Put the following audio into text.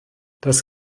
das